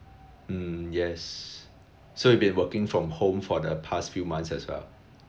mm yes so you been working from home for the past few months as well